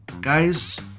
guys